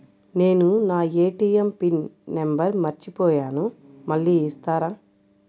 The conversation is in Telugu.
నేను నా ఏ.టీ.ఎం పిన్ నంబర్ మర్చిపోయాను మళ్ళీ ఇస్తారా?